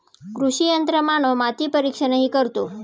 कृषी यंत्रमानव माती परीक्षणही करतो